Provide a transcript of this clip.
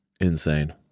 Insane